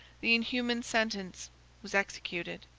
the inhuman sentence was executed.